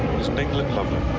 england lovely?